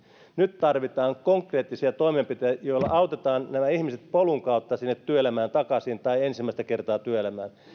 nyt tarvitaan konkreettisia toimenpiteitä joilla autetaan nämä ihmiset polun kautta sinne työelämään takaisin tai ensimmäistä kertaa työelämään meillä